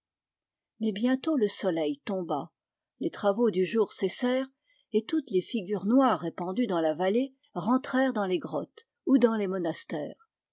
mais bientôt le soleil tomba les travaux du jour cessèrent et toutes les figures noires répandues dans la vallée rentrèrent dans les grottes ou dans les monastères